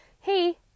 hey